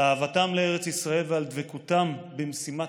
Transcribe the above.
על אהבתם לארץ ישראל ועל דבקותם במשימת